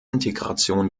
integration